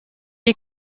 est